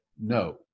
no